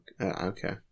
Okay